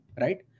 right